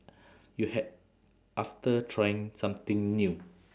you had after trying something new